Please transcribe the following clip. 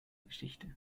geschichte